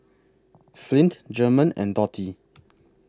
Flint German and Dottie